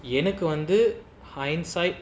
எனக்குவந்து:enaku vandhu hindsight